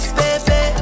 baby